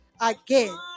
again